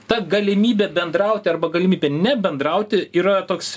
ta galimybė bendrauti arba galimybė nebendrauti yra toks